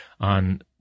on